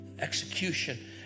execution